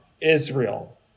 Israel